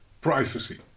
Privacy